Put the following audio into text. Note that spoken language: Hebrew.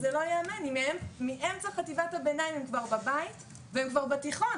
זה לא ייאמן אבל מאמצע חטיבת הביניים הן כבר בבית והן כבר בתיכון.